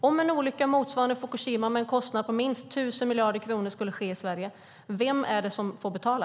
Om en olycka motsvarande den i Fukushima, med en kostnad på minst 1 000 miljarder kronor, skulle ske i Sverige, vem är det som får betala?